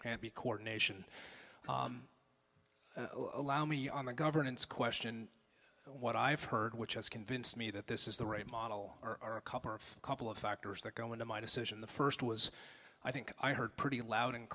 can't be coordination allow me on the governance question what i've heard which has convinced me that this is the right model or a cup or a couple of factors that go into my decision the first was i think i heard pretty loud and